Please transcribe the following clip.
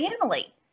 family